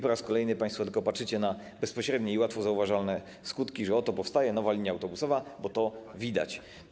Po raz kolejny państwo tylko patrzycie na bezpośrednie i łatwo zauważalne skutki, że oto powstaje nowa linia autobusowa, bo to widać.